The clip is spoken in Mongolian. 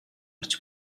орж